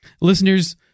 Listeners